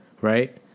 right